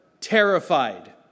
terrified